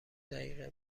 دقیقه